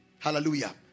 hallelujah